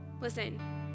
Listen